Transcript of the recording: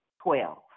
Twelve